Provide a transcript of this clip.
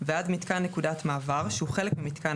ועד מיתקן נקודת מעבר שהוא חלק ממיתקן